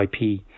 IP